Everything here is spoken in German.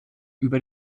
über